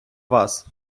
вас